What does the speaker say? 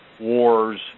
wars